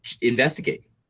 Investigate